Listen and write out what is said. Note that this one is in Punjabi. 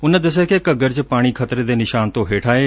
ਉਨੂਾਂ ਦਸਿਆ ਕਿ ਘੱਗਰ ਚ ਪਾਣੀ ਖਤਰੇ ਦੇ ਨਿਸ਼ਾਨ ਤੋਂ ਹੇਠਾਂ ਏ